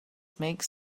makes